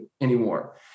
anymore